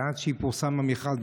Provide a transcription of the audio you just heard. ועד שיפורסם המכרז,